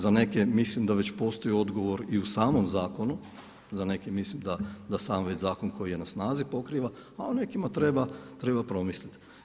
Za neke mislim da već postoji odgovor i u samom zakonu, za neke mislim da sam već zakon koji je na snazi pokriva, a o nekima treba promisliti.